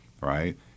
right